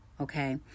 okay